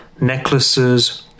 necklaces